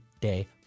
day